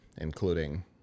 including